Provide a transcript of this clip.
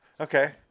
Okay